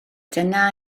dyna